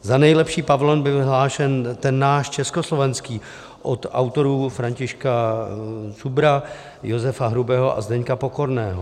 Za nejlepší pavilon byl vyhlášen ten náš, československý, od autorů Františka Šubra, Josefa Hrubého a Zdeňka Pokorného.